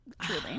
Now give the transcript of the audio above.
Truly